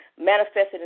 manifested